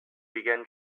begin